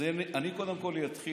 אז אני קודם כול אתחיל